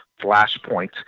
flashpoint